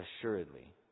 assuredly